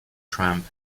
trump